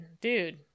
Dude